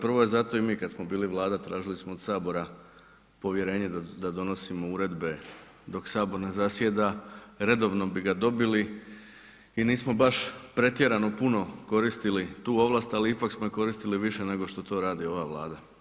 Prvo je zato i mi kad smo bili vlada tražili smo od sabora povjerenje da donosimo uredbe dok sabor ne zasjeda, redovno bi ga dobili i nismo baš pretjerano puno koristili tu ovlast, ali smo ju koristili više nego što to radi ova Vlada.